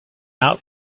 out